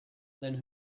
then